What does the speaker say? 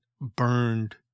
burned